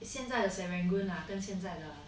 现在的 serangoon ah 跟现在的